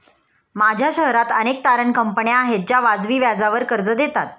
माझ्या शहरात अनेक तारण कंपन्या आहेत ज्या वाजवी व्याजावर कर्ज देतात